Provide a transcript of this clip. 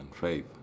Faith